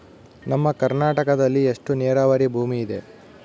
ನಮ್ಮ ಕರ್ನಾಟಕದಲ್ಲಿ ಎಷ್ಟು ನೇರಾವರಿ ಭೂಮಿ ಇದೆ?